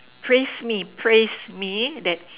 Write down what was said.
praise me praise me that